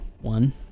one